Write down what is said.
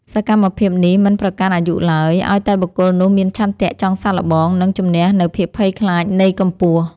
សកម្មភាពនេះមិនប្រកាន់អាយុឡើយ ឱ្យតែបុគ្គលនោះមានឆន្ទៈចង់សាកល្បង និងជម្នះនូវភាពភ័យខ្លាចនៃកម្ពស់។